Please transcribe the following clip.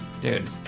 Dude